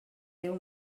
déu